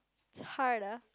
hard uh